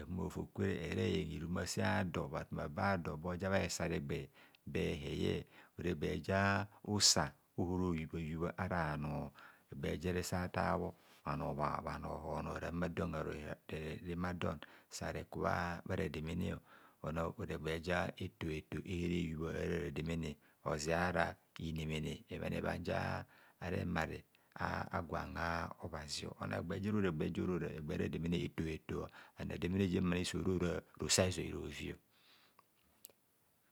Ehumo hofokwere ere yen irumasa hido bhatumaba bha dor boja bha hesare egba beye ora egba ja usa ohoro yubhayubha ara bhanor, egba jere satar bhor ramadon ramadon sareku bha rademene ona ora egba ja etoheto ere yubha ara rademene ozara inemene a'ebhon a'gwan a'obhazi, ona egba jere ora egba jorora egba rademene etoheto rademene jem sorora rosoazoi rovi.